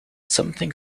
something